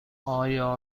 آیا